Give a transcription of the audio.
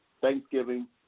Thanksgiving